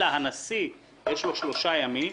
אלא לנשיא יש שלושה ימים,